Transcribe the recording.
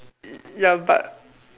ya but